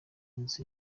nzu